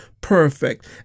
perfect